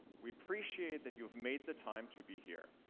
we appreciate that you've made the time to be here.